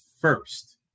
first